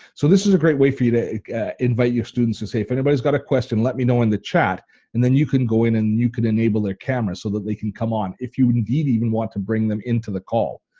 so this is a great way for you to invite your students to say if anybody's got a question let me know in the chat and then you can go in and you can enable their camera so that they can come on, if you indeed even want to bring them into the call,